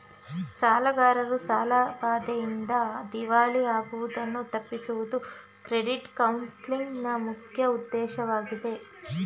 ಸಾಲಗಾರರು ಸಾಲದ ಬಾಧೆಯಿಂದ ದಿವಾಳಿ ಆಗುವುದನ್ನು ತಪ್ಪಿಸುವುದು ಕ್ರೆಡಿಟ್ ಕೌನ್ಸಲಿಂಗ್ ನ ಮುಖ್ಯ ಉದ್ದೇಶವಾಗಿದೆ